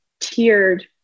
tiered